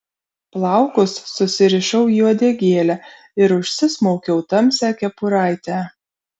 plaukus susirišau į uodegėlę ir užsismaukiau tamsią kepuraitę